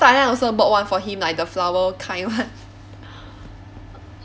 thailand also bought one for him like the flower kind one